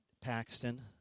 Paxton